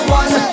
one